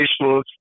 Facebook